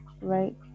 right